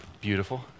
Beautiful